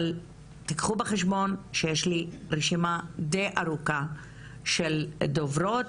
אבל רק תיקחו בבקשה בחשבון שיש לי רשימה די ארוכה של דוברות,